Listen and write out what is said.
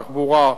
משרד התחבורה,